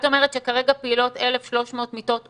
את אומרת שכרגע פעילות 1,300 מיטות קורונה?